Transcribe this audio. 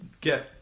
get